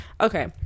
Okay